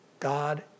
God